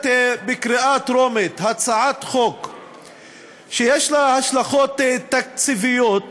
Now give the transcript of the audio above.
בקריאה טרומית הצעת חוק שיש לה השלכות תקציביות,